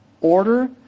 order